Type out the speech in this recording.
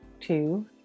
two